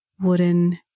wooden